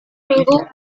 minggu